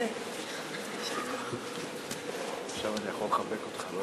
הנוהג הוא שאחרי אחרון המחבקים או